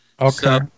Okay